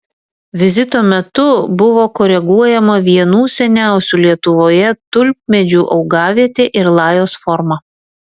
vizito metu buvo koreguojama vienų seniausių lietuvoje tulpmedžių augavietė ir lajos forma